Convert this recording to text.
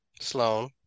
Sloan